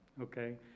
okay